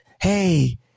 hey